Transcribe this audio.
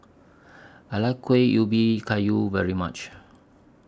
I like Kuih Ubi Kayu very much